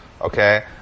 okay